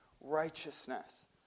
righteousness